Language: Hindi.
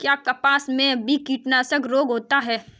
क्या कपास में भी कीटनाशक रोग होता है?